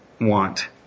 want